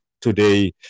today